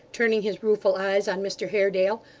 turning his rueful eyes on mr haredale,